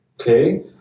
Okay